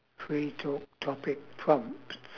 free talk topic prompts